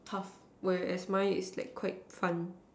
tough where as mine is quite fun